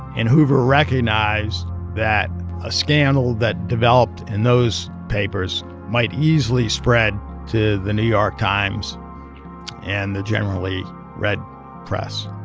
and hoover recognized that a scandal that developed in those papers might easily spread to the new york times and the generally read press.